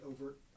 overt